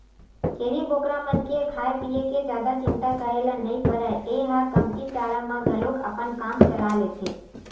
छेरी बोकरा मन के खाए पिए के जादा चिंता करे ल नइ परय ए ह कमती चारा म घलोक अपन काम चला लेथे